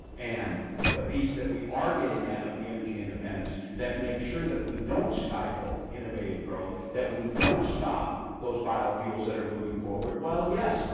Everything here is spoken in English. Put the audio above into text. and the piece that we are getting at of the energy independence, that make sure that we don't stifle innovative growth, that we don't stop those biofuels that are moving forward, while yes,